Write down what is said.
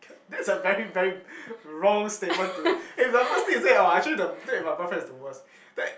that's a very very wrong statement to eh the first thing you say !wah! actually the break with my boyfriend is the worst then